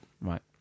Right